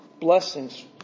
blessings